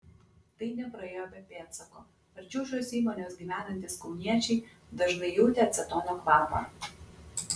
tai nepraėjo be pėdsako arčiau šios įmonės gyvenantys kauniečiai dažnai jautė acetono kvapą